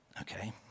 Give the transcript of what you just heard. okay